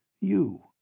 You